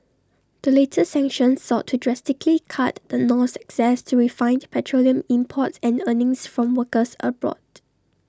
the latest sanctions sought to drastically cut the North's access to refined petroleum imports and earnings from workers abroad